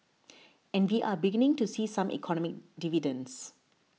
and we are beginning to see some economic dividends